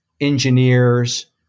engineers